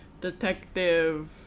detective